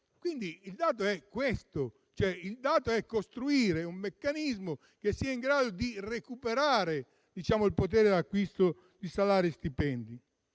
le imprese. Occorre costruire un meccanismo che sia in grado di recuperare il potere d'acquisto di salari e stipendi.